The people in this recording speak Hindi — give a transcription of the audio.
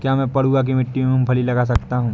क्या मैं पडुआ की मिट्टी में मूँगफली लगा सकता हूँ?